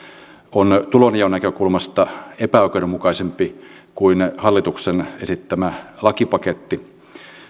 on tulonjaon näkökulmasta epäoikeudenmukaisempi kuin hallituksen esittämä lakipaketti